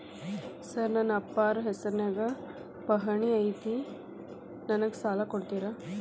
Sir ನನ್ನ ಅಪ್ಪಾರ ಹೆಸರಿನ್ಯಾಗ್ ಪಹಣಿ ಐತಿ ನನಗ ಸಾಲ ಕೊಡ್ತೇರಾ?